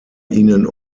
ihnen